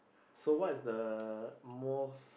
so what is the most